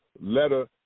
letter